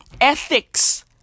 Ethics